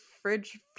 fridge